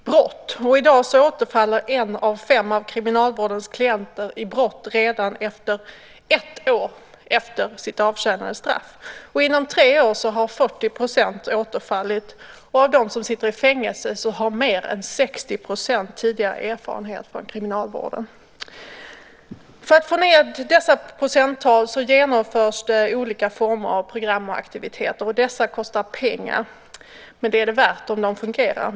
Fru talman! En central uppgift för kriminalvården är att minska återfallen i brott. I dag återfaller en av fem av kriminalvårdens klienter i brott redan ett år efter det avtjänade straffet. Inom tre år har 40 % återfallit. Av dem som sitter i fängelse har mer än 60 % tidigare erfarenhet av kriminalvården. För att få ned dessa procenttal genomförs olika former av program och aktiviteter. Dessa kostar pengar, men det är det värt om det fungerar.